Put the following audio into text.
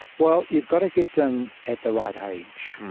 well, you've got to get them at the right age.